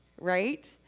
right